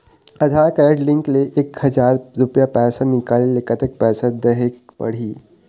आधार card link ले एक हजार रुपया पैसा निकाले ले कतक पैसा देहेक पड़ही?